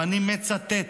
ואני מצטט: